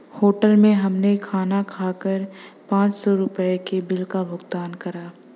hotel में हमने खाना खाकर पाँच सौ रुपयों के बिल का भुगतान करा